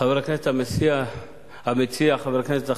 חבר הכנסת המציע,